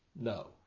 no